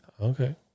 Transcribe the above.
Okay